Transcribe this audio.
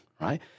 right